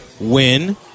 win